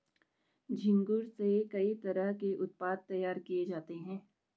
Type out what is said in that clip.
झींगुर से कई तरह के उत्पाद तैयार किये जाते है